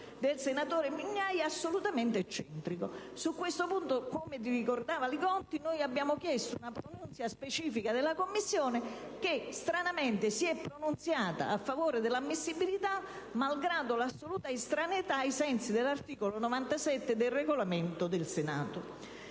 del senatore Mugnai, assolutamente eccentrici. Su questo punto, come ricordava il senatore Li Gotti, abbiamo chiesto una pronunzia specifica della Commissione, che stranamente si è pronunziata a favore dell'ammissibilità, malgrado l'assoluta improponibilità per estraneità alla materia ai sensi dell'articolo 97 del Regolamento del Senato.